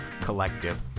Collective